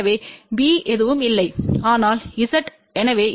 எனவே B எதுவும் இல்லை ஆனால் Z எனவே Z Z0 C 0